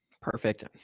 Perfect